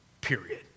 period